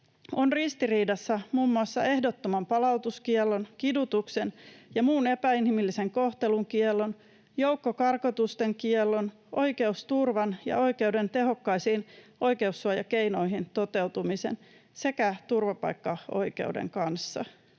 on ristiriidassa muun muassa ehdottoman palautuskiellon, kidutuksen ja muun epäinhimillisen kohtelun kiellon, joukkokarkotusten kiellon, oikeusturvan ja oikeuden tehokkaisiin oikeussuojakeinoihin toteutumisen sekä turvapaikkaoikeuden kanssa.